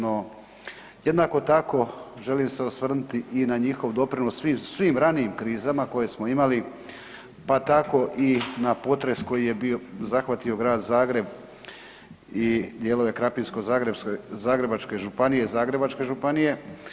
No, jednako tako želim se osvrnuti i na njihov doprinos svim ranijim krizama koje smo imali, pa tako i na potres koji je bio zahvatio Grad Zagreb i dijelove Krapinsko-zagrebačke županije i Zagrebačke županije.